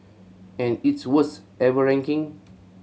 and its worst ever ranking